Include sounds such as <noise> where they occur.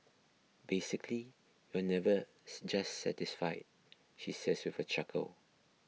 basically you're never <unintelligible> satisfied she says with a chuckle